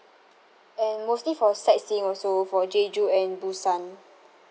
and mostly for sightseeing also for jeju and busan